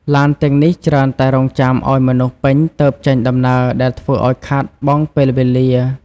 ឡានទាំងនេះច្រើនតែរង់ចាំឱ្យមនុស្សពេញទើបចេញដំណើរដែលធ្វើឱ្យខាតបង់ពេលវេលា។